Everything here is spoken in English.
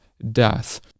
death